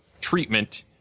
treatment